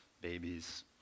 babies